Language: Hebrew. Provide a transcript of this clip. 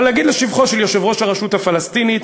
אבל להגיד לשבחו של יושב-ראש הרשות הפלסטינית.